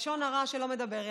לשון הרע שלא מדבר אליי,